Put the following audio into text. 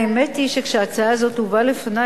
האמת היא שכאשר ההצעה הזאת הובאה לפני,